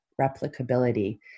replicability